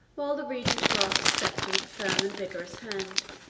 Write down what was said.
while the regent grasped the sceptre with a firm and vigorous hand,